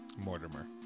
Mortimer